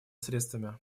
средствами